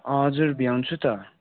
हजुर भ्याउँछु त